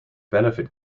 benefit